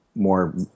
more